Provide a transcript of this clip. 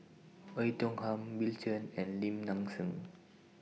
Oei Tiong Ham Bill Chen and Lim Nang Seng